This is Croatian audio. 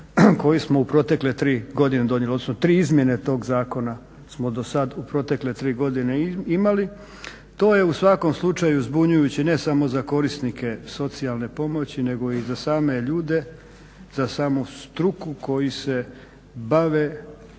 koji smo u protekle tri godine donijeli, odnosno tri izmjene tog zakona smo dosad u protekle tri godine imali. To je u svakom slučaju zbunjujuće ne samo za korisnike socijalne pomoći nego i za same ljude, za samu struku koji se bave